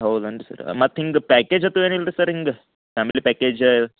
ಹೌದೇನ್ರಿ ಸರ್ ಮತ್ತೆ ಹಿಂಗೆ ಪ್ಯಾಕೇಜ್ ಅದು ಏನಿಲ್ಲ ರೀ ಸರ್ ಹಿಂಗೆ ಫ್ಯಾಮಿಲಿ ಪ್ಯಾಕೇಜ